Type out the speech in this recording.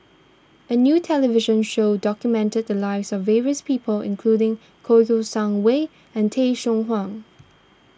a new television show documented the lives of various people including Kouo Shang Wei and Tay Seow Huah